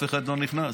אף אחד לא נכנס.